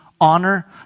honor